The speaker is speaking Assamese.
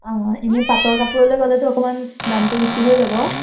অঁ এনেই পাটৰ কাপোৰলৈ গ'লেতো অকণমান দামটো বেছি হৈ যাব